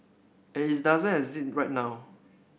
and it doesn't exist right now